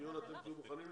מי קובע את תוכנית הלימודים?